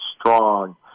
strong